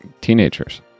teenagers